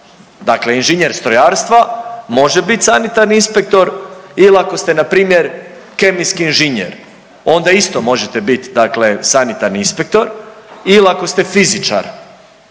dakle inženjer strojarstva može bit sanitarni inspektor il ako ste npr. kemijski inženjer onda isto možete bit dakle sanitarni inspektor il ako ste fizičar,